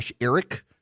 eric